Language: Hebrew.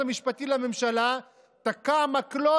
החרדים למושא השנאה שלכם.